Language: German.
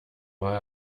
mal